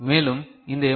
மேலும் இந்த எம்